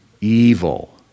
evil